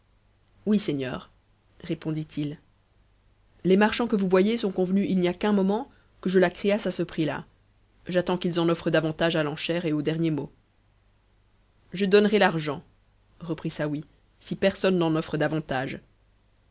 oui seigneur répondit-il t marchands que vous voyez sont convenus il n'y a qu'un moment que t msse a ce prix j'attends qu'ils en onrent davantage à l'enchère et au dernier mot je donnerai l'argent reprit saouy si personne n offre davantage